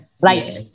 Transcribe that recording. Right